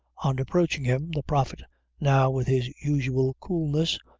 on approaching him, the prophet now, with his usual coolness,